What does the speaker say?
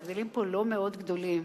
ההבדלים פה לא מאוד גדולים.